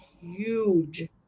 huge